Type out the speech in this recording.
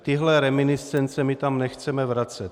Tyhle reminiscence my tam nechceme vracet.